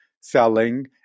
selling